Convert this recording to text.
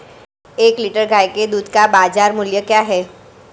एक लीटर गाय के दूध का बाज़ार मूल्य क्या है?